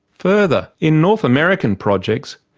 further, in north american projects,